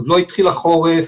עוד לא התחיל החורף,